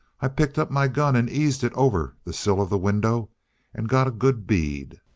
i picked up my gun and eased it over the sill of the window and got a good bead.